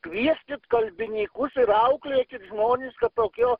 kvieskit kalbinykus ir auklėkit žmonišką tokio